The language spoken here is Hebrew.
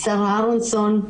שרה אהרונסון,